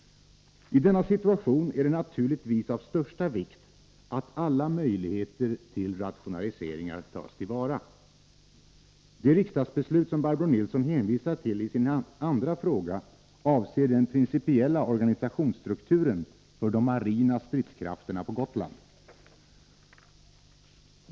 I denna situation är det naturligtvis av största vikt att alla möjligheter till rationaliseringar tas till vara. Det riksdagsbeslut som Barbro Nilsson hänvisar till i sin andra fråga avser den principiella organisationsstrukturen för de marina stridskrafterna på Gotland.